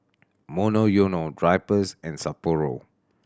Monoyono Drypers and Sapporo